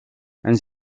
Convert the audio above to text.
ens